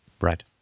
Right